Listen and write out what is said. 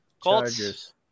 Colts